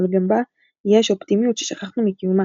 אבל גם יש בה אופטימיות ששכחנו מקיומה,